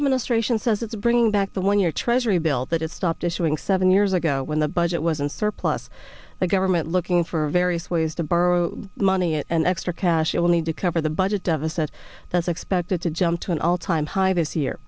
administration says it's bringing back the one year treasury bill that it stopped issuing seven years ago when the budget wasn't surplus the government look in for various ways to borrow money at an extra cash only to cover the budget deficit as expected to jump to an all time high this year